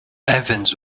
evans